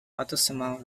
autosomal